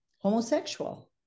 homosexual